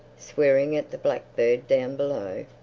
swearing at the blackbird down below?